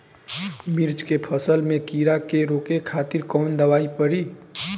मिर्च के फसल में कीड़ा के रोके खातिर कौन दवाई पड़ी?